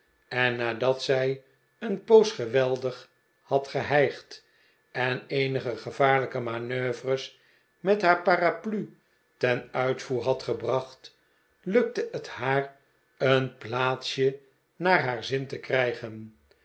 en nadat zij een poos geweldig had gehijgd en eenige gevaarlijke manoeuvres met haar paraplu ten uitvoer had gebracht lukte het haar een plaatsje naar haar zin te krijgen